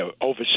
over